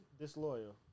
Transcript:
disloyal